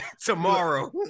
tomorrow